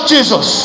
Jesus